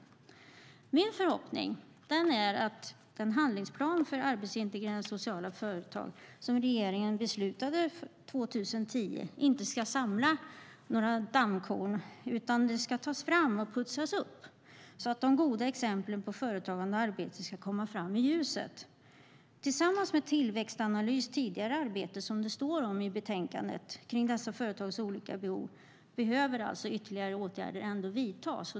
Det är min förhoppning att den handlingsplan för arbetsintegrerande sociala företag som regeringen beslutade om 2010 inte ska samla några dammkorn utan tas fram och putsas upp så att de goda exemplen på företagande och arbete ska komma fram i ljuset. Tillsammans med Tillväxtanalys tidigare arbete, som det står om i betänkandet, om dessa företags olika behov behöver alltså ytterligare åtgärder vidtas.